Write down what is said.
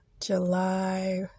July